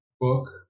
book